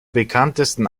bekanntesten